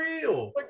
real